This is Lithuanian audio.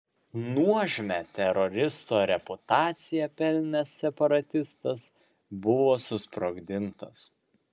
nuožmią teroristo reputaciją pelnęs separatistas buvo susprogdintas